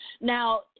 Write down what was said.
Now